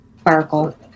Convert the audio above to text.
sparkle